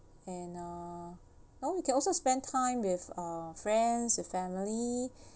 and uh well you can also spend time with uh friends or family